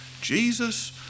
Jesus